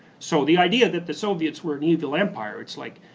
so the idea that the soviets were an evil empire, it's like,